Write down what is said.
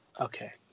Okay